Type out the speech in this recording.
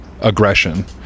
aggression